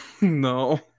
No